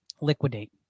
liquidate